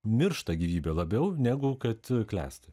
miršta gyvybė labiau negu kad klesti